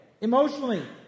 Emotionally